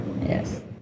Yes